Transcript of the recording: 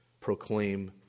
proclaim